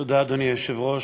אדוני היושב-ראש,